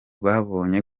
babonye